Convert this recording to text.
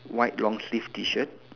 white long sleeve T shirt